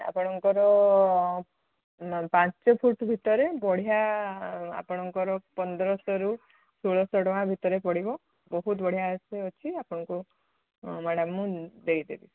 ଆପଣଙ୍କର ପାଞ୍ଚ ଫୁଟ୍ ଭିତରେ ବଢ଼ିଆ ଆପଣଙ୍କର ପନ୍ଦରଶହରୁ ଷୋହଳଶହ ଟଙ୍କା ଭିତରେ ପଡ଼ିବ ବହୁତ ବଢ଼ିଆ ସେ ଅଛି ଆପଣଙ୍କୁ ମ୍ୟାଡ଼ମ୍ ମୁଁ ଦେଇଦେବି